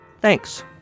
Thanks